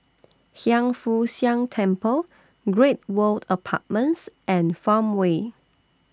Hiang Foo Siang Temple Great World Apartments and Farmway